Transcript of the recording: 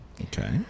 Okay